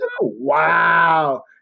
Wow